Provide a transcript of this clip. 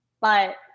But-